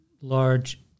large